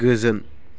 गोजोन